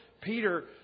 Peter